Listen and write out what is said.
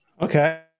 Okay